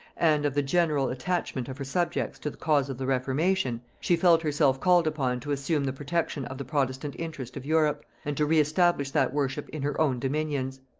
and of the general attachment of her subjects to the cause of the reformation, she felt herself called upon to assume the protection of the protestant interest of europe, and to re-establish that worship in her own dominions.